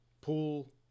pool